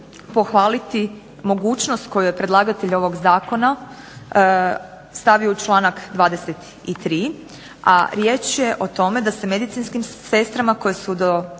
pohvaliti mogućnost koju je predlagatelj ovog zakona stavio u članak 23., a riječ je o tome da se medicinskim sestrama koje su do